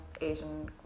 Asian